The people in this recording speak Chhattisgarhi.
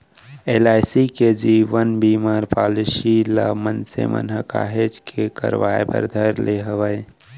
एल.आई.सी के जीवन बीमा पॉलीसी ल मनसे मन ह काहेच के करवाय बर धर ले हवय